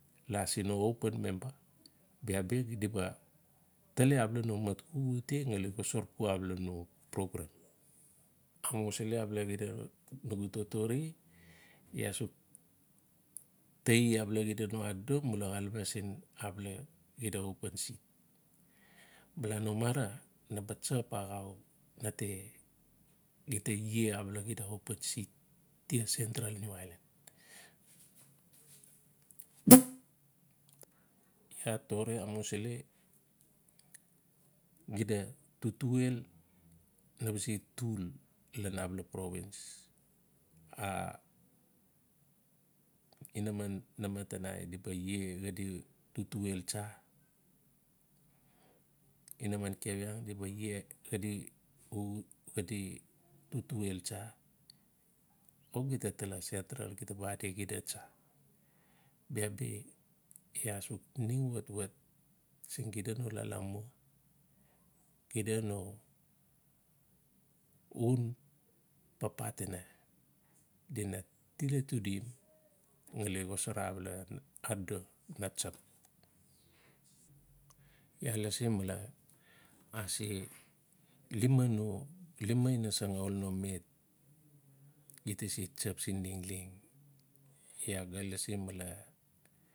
La siin no open memba, bia bi di ba tali abia no mat xuxute ngali xosar pua abala no program. Amusili abala xida, nugu totore, iaa suk taii abala xide no adodo mula xalame siin abala xida open seat. Balano mara naba tsap axau na te xida ie abala open seat, tia Sentral niu ailan. Iaa tore amusili xida tutuel naba se tul lan abala province. a inaman namatanai di ba ie xadi ie xadi u, xadi tutuel tsa, o gita atala Sentral gita ba adi xida tsa. Bia bi iaa suk ning watwat, siin xida no lalamua, xida no unpapatinai, di na til etutiem ngali xosara abala adodo na tsap. Iaa lasi male ase lima ino, lima ina sangaul no met, gita sep tsap siin lengleng. Iaa ga lasi male,